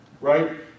Right